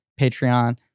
Patreon